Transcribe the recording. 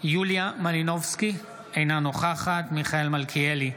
יוליה מלינובסקי, אינה נוכחת מיכאל מלכיאלי,